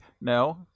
No